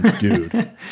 dude